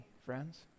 friends